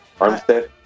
Armstead